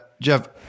Jeff